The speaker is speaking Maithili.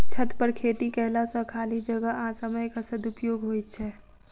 छतपर खेती कयला सॅ खाली जगह आ समयक सदुपयोग होइत छै